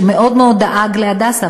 שמאוד מאוד דאג ל"הדסה",